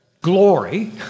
glory